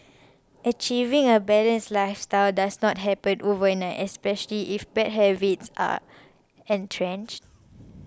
achieving a balanced lifestyle does not happen overnight especially if bad habits are entrenched